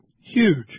huge